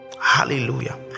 Hallelujah